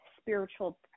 spiritual